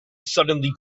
suddenly